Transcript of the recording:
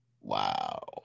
Wow